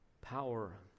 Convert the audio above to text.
power